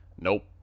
Nope